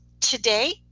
today